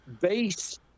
base